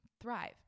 thrive